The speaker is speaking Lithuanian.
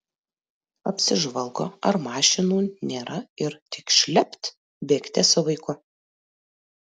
apsižvalgo ar mašinų nėra ir tik šlept bėgte su vaiku